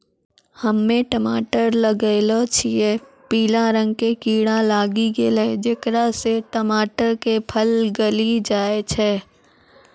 हम्मे टमाटर लगैलो छियै पीला रंग के कीड़ा लागी गैलै जेकरा से टमाटर के फल गली जाय छै?